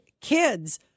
kids